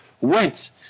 went